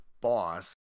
Boss